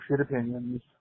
opinions